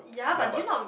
ya but